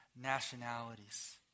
nationalities